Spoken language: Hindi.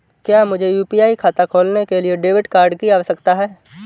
क्या मुझे यू.पी.आई खाता खोलने के लिए डेबिट कार्ड की आवश्यकता है?